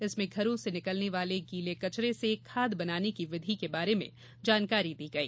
इसमें घरों से निकलने वाले गीले कचरे से खाद बनाने की विधि के बारे में जानकारी दी गई